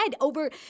over